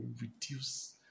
reduce